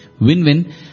Win-win